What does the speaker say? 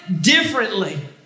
differently